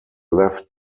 left